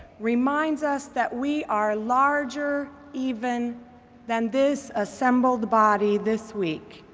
reminds us that we are larger even than this assembleed body this week.